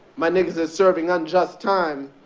my niggas are serving unjust time.